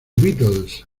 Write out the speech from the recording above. beatles